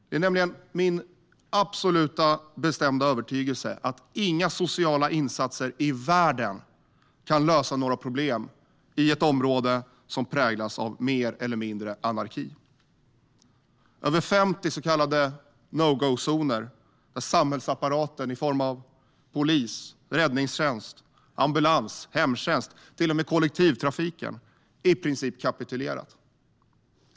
Det är nämligen min absoluta, bestämda övertygelse att inga sociala insatser i världen kan lösa några problem i ett område som präglas av mer eller mindre anarki. Det finns över 50 så kallade no go-zoner där samhällsapparaten i form av polis, räddningstjänst, ambulans, hemtjänst, till och med kollektivtrafiken i princip har kapitulerat.